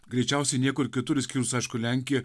greičiausiai niekur kitur išskyrus aišku lenkiją